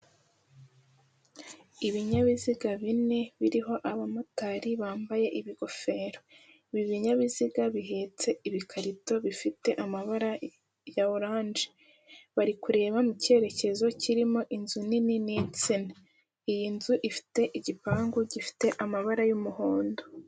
Ibinyabiziga bine biriho abamotari bambaye ibigofero, ibi binyabiziga bihetse ibikarito bifite amabara ya oranje bari kureba mu kerekezo kirimo inzu nini n'insina iyi nzu ifite igipangu gifite amabara y'umuhondo.